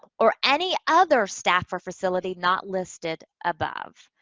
or any other staff or facility not listed above.